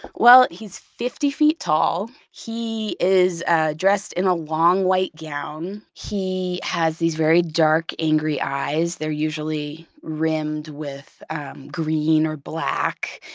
well, he's fifty feet tall. he is ah dressed in a long, white gown. he has these very dark, angry eyes, they're usually rimmed with um green or black.